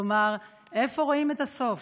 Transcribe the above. כלומר, איפה רואים את הסוף?